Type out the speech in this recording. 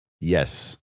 yes